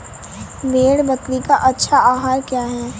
भेड़ बकरी का अच्छा आहार क्या है?